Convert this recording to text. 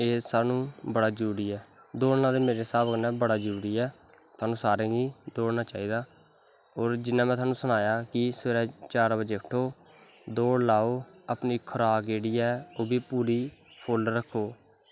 एह् साह्नू बड़ा जरूरी ऐ दौड़ना ते मेरे हिसाब कन्नै बड़ा जरूरी ऐ साह्नू सारें गी दौड़ना चाही दा और जियां कि में थोआनू सनाटा कि चार बज़े उट्ठो दौड़ लाओ अपनी खुराक जेह्ड़ी ऐ ओह् बी पूरी फुल्ल रक्खो